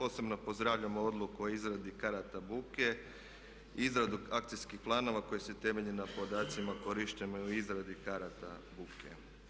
Osobno pozdravljam odluku o izradi karata buke, izradu akcijskih planova koji se temelje na podacima korištenim u izradim karata buke.